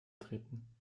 treten